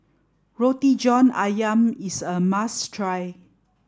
Roti John Ayam is a must try